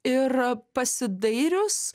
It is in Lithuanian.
ir pasidairius